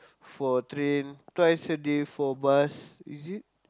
for train twice a day for bus is it